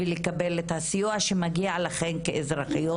ולקבל את הסיוע שמגיע לכן כאזרחיות.